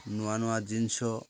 ନୂଆ ନୂଆ ଜିନିଷ